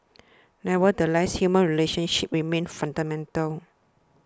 nevertheless human relationships remain fundamental